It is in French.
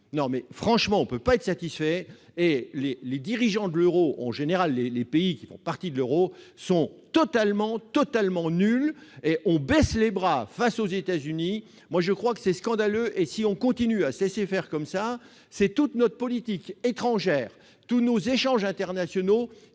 non mais franchement, on ne peut pas être satisfait et les dirigeants de l'Euro en général les les pays qui font partie de l'Euro sont totalement, totalement nul et on baisse les bras face aux États-Unis, moi je crois que c'est scandaleux, et si on continue à se laisser faire comme ça, c'est toute notre politique étrangère, tous nos échanges internationaux